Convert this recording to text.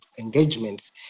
engagements